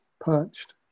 perched